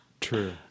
True